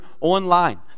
online